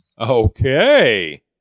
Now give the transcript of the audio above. okay